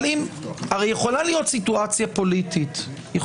אבל אז אתה מייצר סיטואציה מה שאתה אומר זה מהות,